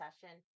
session